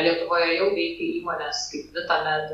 lietuvoje jau veikia įmonės kaip vitamed